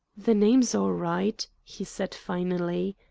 the name's all right! he said finally.